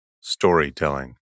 Storytelling